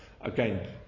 again